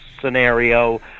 scenario